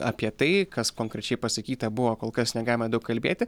apie tai kas konkrečiai pasakyta buvo kol kas negalima daug kalbėti